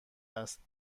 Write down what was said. است